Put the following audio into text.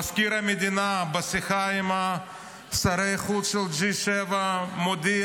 מזכיר המדינה בשיחה עם שרי החוץ של G7 מודיע: